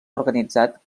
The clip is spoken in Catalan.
organitzat